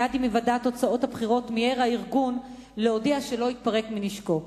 מייד עם היוודע תוצאות הבחירות מיהר הארגון להודיע שלא יתפרק מנשקו.